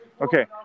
Okay